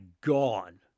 gone